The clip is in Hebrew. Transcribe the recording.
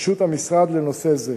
לרשות המשרד לנושא זה.